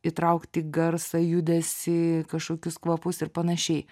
įtraukti garsą judesį kažkokius kvapus ir panašiai